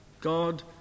God